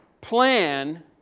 plan